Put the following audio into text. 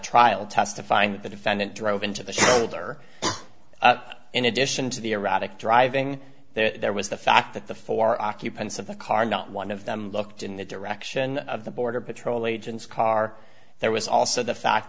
trial testifying that the defendant drove into the shoulder in addition to the erratic driving there was the fact that the four occupants of the car not one of them looked in the direction of the border patrol agents car there was also the fact